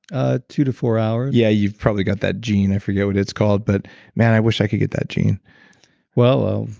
ah two to four hours yeah, you've probably got that gene, i forget what it's called, but man, i wish i could get that gene well,